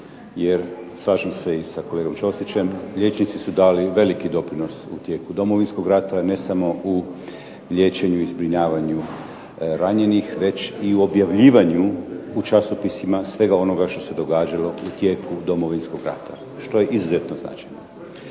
jer slažem i sa kolegom Ćosićem liječnici su dali veliki doprinos u tijeku Domovinskog rata ne samo u liječenju i zbrinjavanju ranjenih već i u objavljivanju u časopisima svega onoga što se događalo u tijeku Domovinskog rata što je izuzetno značajno.